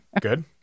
good